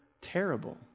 terrible